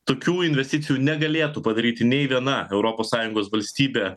tokių investicijų negalėtų padaryti nei viena europos sąjungos valstybė